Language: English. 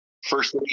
First